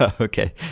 Okay